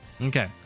Okay